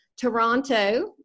Toronto